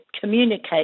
communicate